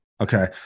Okay